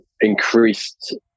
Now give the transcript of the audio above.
increased